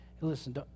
Listen